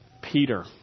Peter